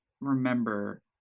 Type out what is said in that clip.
remember